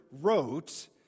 wrote